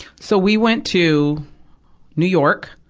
so, we went to new york,